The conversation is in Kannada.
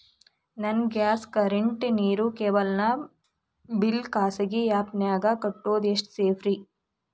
ನನ್ನ ಗ್ಯಾಸ್ ಕರೆಂಟ್, ನೇರು, ಕೇಬಲ್ ನ ಬಿಲ್ ಖಾಸಗಿ ಆ್ಯಪ್ ನ್ಯಾಗ್ ಕಟ್ಟೋದು ಎಷ್ಟು ಸೇಫ್ರಿ?